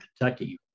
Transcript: Kentucky